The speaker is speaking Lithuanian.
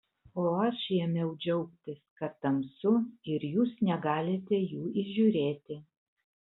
o aš jau ėmiau džiaugtis kad tamsu ir jūs negalite jų įžiūrėti